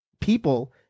people